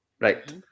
right